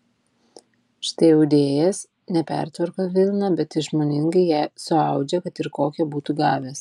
štai audėjas ne pertvarko vilną bet išmoningai ją suaudžia kad ir kokią būtų gavęs